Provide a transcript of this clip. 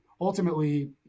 ultimately